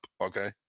okay